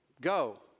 Go